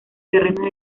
terrenos